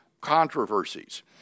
controversies